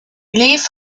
leaf